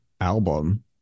album